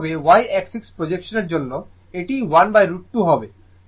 একইভাবে y axis প্রজেকশনের জন্য এটি 1√ 2 হবে